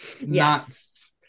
yes